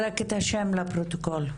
רק את השם לפרוטוקול.